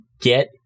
get